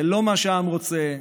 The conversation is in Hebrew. זה לא מה שהעם רוצה,